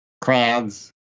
crowds